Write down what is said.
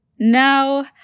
Now